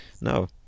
no